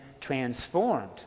transformed